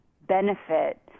benefit